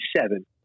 seven